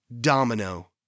Domino